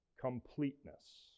completeness